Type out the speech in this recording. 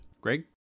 Greg